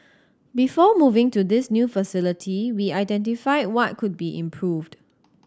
before moving to this new facility we identified what could be improved